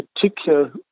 particular